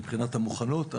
מבחינת המוכנות,